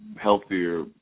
healthier